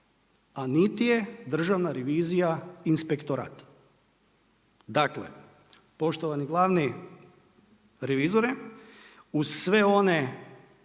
a niti je Držana revizija inspektorat. Dakle, poštovani glavni revizore, uz sve one